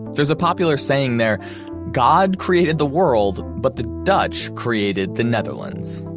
there's a popular saying there god created the world but the dutch created the netherlands.